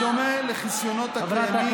בדומה לחסיונות הקיימים,